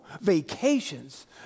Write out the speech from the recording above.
vacations